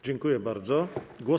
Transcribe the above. Dziękuję bardzo.